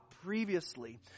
previously